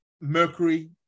Mercury